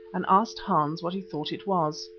and asked hans what he thought it was.